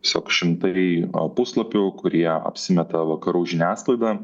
tiesiog šitai puslapių kurie apsimeta vakarų žiniasklaida